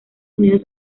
unidos